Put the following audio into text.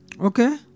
Okay